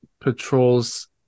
patrols